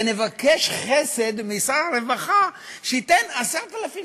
ונבקש חסד משר הרווחה שייתן 10,000